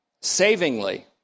savingly